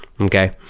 Okay